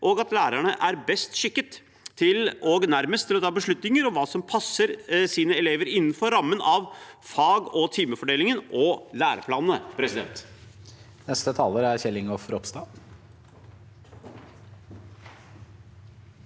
og at lærerne er best skikket og nærmest til å ta beslutninger om hva som passer sine elever innenfor rammen av fag- og timefordelingen og læreplanene.